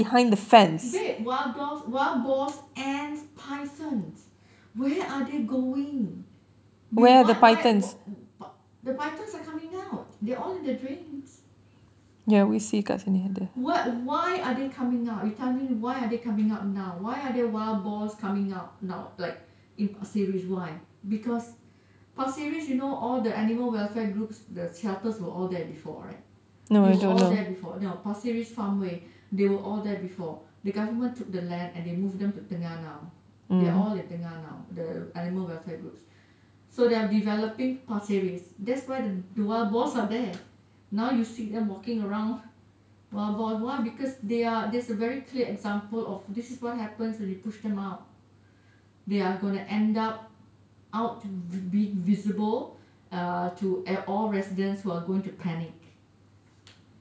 babe wild dogs wild boars and pythons where are they going why why why the pythons are coming out they are all in the drains what why are they coming out you tell me why are they coming out now why are there wild boars coming out now like in pasir ris why because pasir ris you know all the animal welfare groups the shelters were all there before right they were all there before no pasir ris farm way they were all there before the government took the land and they moved them to tengah now they are all in tengah now the animal welfare groups so they are developing pasir ris that's why the wild boars are there now you see them walking around wild boars why because there is a very clear example of this is what happens when you push them out they are going to end up out being visible uh to all residents who are going to panic